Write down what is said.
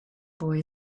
boy